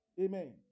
Amen